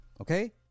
okay